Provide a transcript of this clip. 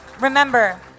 remember